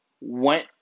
went